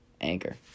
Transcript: Anchor